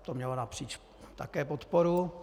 To mělo napříč také podporu.